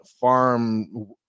farm